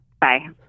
Bye